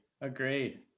Agreed